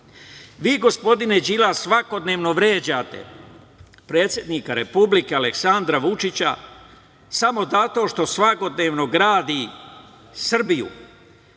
gospodine Đilas, svakodnevno vređate predsednika Republike Aleksandra Vučića samo zato što svakodnevno gradi Srbiju.